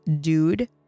dude